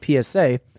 PSA